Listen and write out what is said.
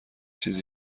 چیز